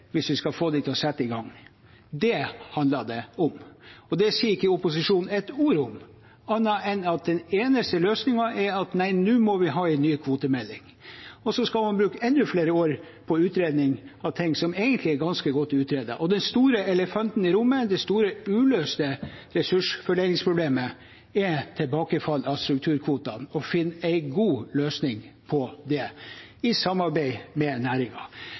hvis vi skal få dem til å sette i gang. Det handler det om, og det sier ikke opposisjonen et ord om, annet enn at den eneste løsningen er at nå må vi ha en ny kvotemelding. Så skal man bruke enda flere år på utredning av noe som egentlig er ganske godt utredet. Og den store elefanten i rommet, det store uløste ressursfordelingsproblemet, er tilbakefall av strukturkvotene og å finne en god løsning på det i samarbeid med